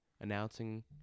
announcing